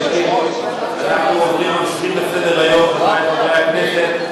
אנחנו ממשיכים בסדר-היום, חברי חברי הכנסת.